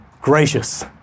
gracious